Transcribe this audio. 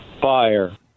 fire